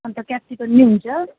अन्त क्यापसिकन पनि हुन्छ